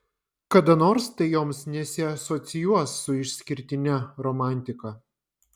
kada nors tai joms nesiasocijuos su išskirtine romantika